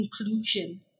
inclusion